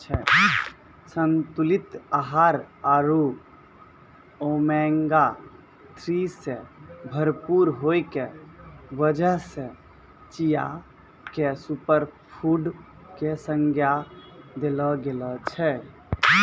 संतुलित आहार आरो ओमेगा थ्री सॅ भरपूर होय के वजह सॅ चिया क सूपरफुड के संज्ञा देलो गेलो छै